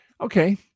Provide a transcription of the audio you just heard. Okay